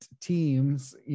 teams